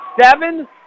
seven